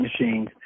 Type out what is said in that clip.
machines